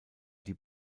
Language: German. die